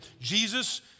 Jesus